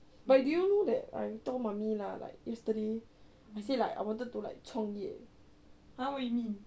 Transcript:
but you know that I told mummy lah like yesterday I say like I wanted to like 创业